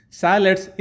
salads